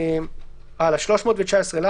"319ל